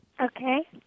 Okay